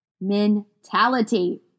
mentality